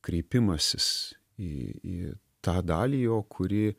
kreipimasis į tą dalį jo kuri